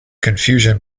confusion